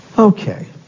Okay